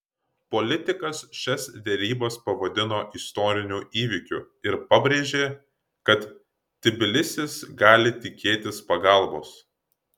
politikas šias derybas pavadino istoriniu įvykiu ir pabrėžė kad tbilisis gali tikėtis pagalbos